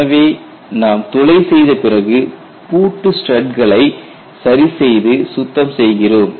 எனவே நாம் துளை செய்த பிறகு பூட்டு ஸ்டூட்களை சரிசெய்து சுத்தம் செய்கிறோம்